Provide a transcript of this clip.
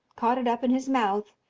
caught it up in his mouth,